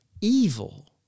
evil